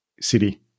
city